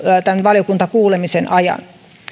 tämän valiokuntakuulemisen ajan